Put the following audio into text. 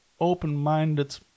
open-minded